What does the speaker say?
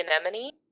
anemone